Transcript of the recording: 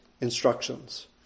instructions